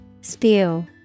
Spew